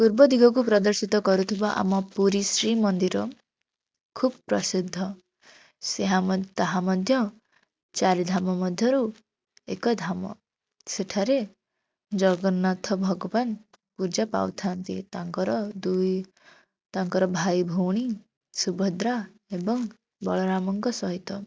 ପୂର୍ବ ଦିଗକୁ ପ୍ରଦର୍ଶିତ କରୁଥିବା ଆମ ପୁରୀ ଶ୍ରୀ ମନ୍ଦିର ଖୁବ୍ ପ୍ରସିଦ୍ଧ ସେହା ତାହା ମଧ୍ୟ ଚାରି ଧାମ ମଧ୍ୟରୁ ଏକ ଧାମ ସେଠାରେ ଜଗନ୍ନାଥ ଭଗବାନ ପୂଜା ପାଉଥାନ୍ତି ତାଙ୍କର ଦୁଇ ତାଙ୍କର ଭାଇ ଭଉଣୀ ସୁଭଦ୍ରା ଏବଂ ବଳରାମଙ୍କ ସହିତ